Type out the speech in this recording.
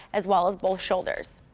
as well as both shoulders.